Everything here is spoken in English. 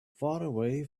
faraway